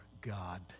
God